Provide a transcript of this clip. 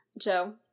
Joe